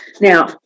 Now